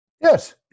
Yes